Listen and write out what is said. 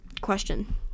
question